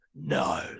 No